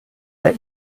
that